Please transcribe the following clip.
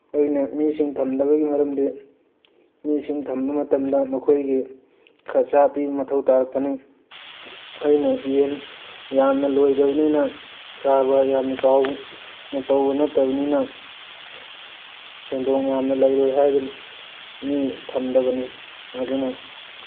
ꯑꯩꯅ ꯃꯤꯁꯤꯡ ꯊꯝꯗꯕꯒꯤ ꯃꯔꯝꯗꯤ ꯃꯤꯁꯤꯡ ꯊꯝꯕ ꯃꯇꯝꯗ ꯃꯈꯣꯏꯒꯤ ꯈꯔꯁꯥ ꯄꯤꯕ ꯃꯊꯧ ꯇꯥꯔꯛꯀꯅꯤ ꯑꯩꯅ ꯌꯦꯟ ꯌꯥꯝꯅ ꯂꯣꯏꯗꯕꯅꯤꯅ ꯀꯔꯕꯥꯔ ꯌꯥꯝ ꯆꯥꯎ ꯅ ꯇꯧꯕ ꯅꯠꯇꯕꯅꯤꯅ ꯁꯦꯟꯗꯣꯡ ꯌꯥꯝꯅ ꯂꯩꯔꯣꯏ ꯍꯥꯏꯗꯨꯅ ꯃꯤ ꯊꯝꯗꯕꯅꯤ ꯑꯗꯨꯅ